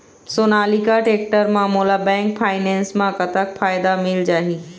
Sonalika tractor म मोला bank finance म कतक फायदा मिल जाही?